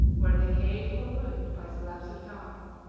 were decayed or ruined by the lapse of time.